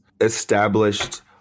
established